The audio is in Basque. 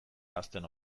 ahazten